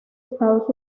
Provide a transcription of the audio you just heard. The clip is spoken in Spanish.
estados